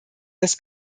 dass